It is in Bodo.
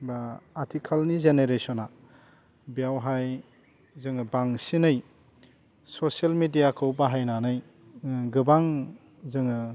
बा आथिखालनि जेनेरेसना बेवहाय जोङो बांसिनै ससियेल मेडियाखौ बाहायनानै गोबां जोङो